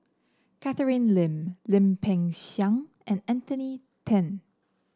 Catherine Lim Lim Peng Siang and Anthony Then